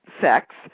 sex